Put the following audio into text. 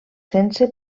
sense